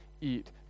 eat